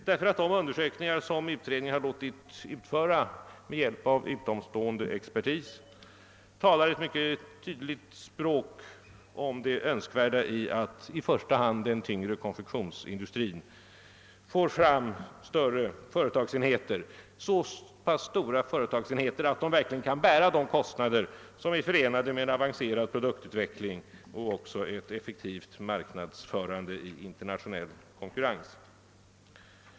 De undersökningar som utredningen låtit utföra med hjälp av utomstående expertis talar ett mycket tydligt språk om det önskvärda i att i första hand den tyngre konfektionsindustrin får fram större företagsenheter. De bör vara så pass stora att de verkligen kan bära de kostnader som är förenade med en avancerad produktutveckling och ett effektivt marknadsförande i internationell konkurrens.